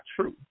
true